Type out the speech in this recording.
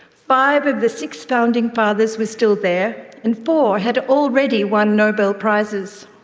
five of the six founding fathers were still there and four had already won nobel prizes.